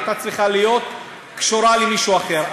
היא הייתה צריכה להיות קשורה למישהו אחר.